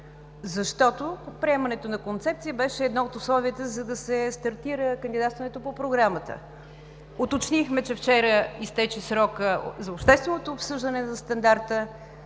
защото приемането на концепция беше едно от условията, за да стартира кандидатстването по Програмата. Уточнихме, че вчера изтече срокът за общественото обсъждане за стандарта